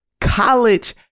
college